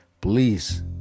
please